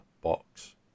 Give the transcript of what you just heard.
box